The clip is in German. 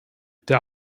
der